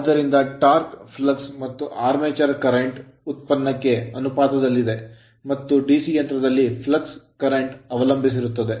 ಆದ್ದರಿಂದ torque torque flux flux ಮತ್ತು armature armature current current ಉತ್ಪನ್ನಕ್ಕೆ ಅನುಪಾತದಲ್ಲಿದೆ ಮತ್ತು DC ಯಂತ್ರದಲ್ಲಿ flux ಫ್ಲಕ್ಸ್ ಕ್ಷೇತ್ರ current ಕರೆಂಟ್ ಅವಲಂಬಿಸಿರುತ್ತದೆ